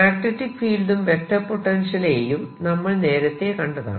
magnetic ഫീൽഡും vector potential A യും നമ്മൾ നേരത്തെ കണ്ടതാണ്